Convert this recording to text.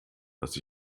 dass